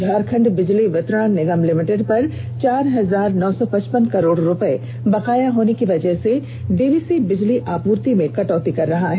झारखण्ड बिजली वितरण निगम लिमिटेड पर चार हजार नौ सौ पचपन करोड़ रूपये बकाया होने की वजह से डीवीसी बिजली आपूर्ति में कटौती कर रहा है